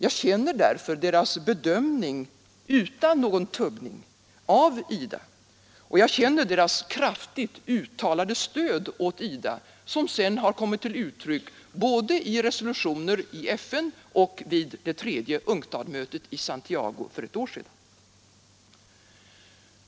Jag känner därför deras bedömning — utan någon tubbning — av IDA, och jag känner deras kraftigt uttalade stöd åt IDA, som sedan har kommit till uttryck både i resolutioner i FN och vid det tredje UNCTAD-mötet i Santiago för ett år sedan.